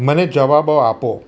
મને જવાબો આપો